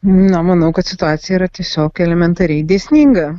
na manau kad situacija yra tiesiog elementariai dėsninga